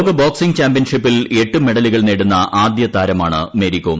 ലോക ബോക്സിങ്ങ് ചാമ്പ്യൻഷിപ്പിൽ എട്ട് മെഡലുകൾ നേടുന്ന ആദ്യ താരമാണ് മേരികോം